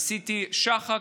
עשיתי שח"ק,